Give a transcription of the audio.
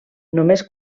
només